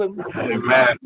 amen